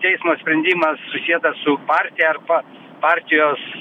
teismo sprendimas susietas su partija arba partijos